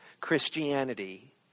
Christianity